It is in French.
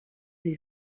des